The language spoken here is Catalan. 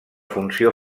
funció